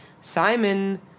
Simon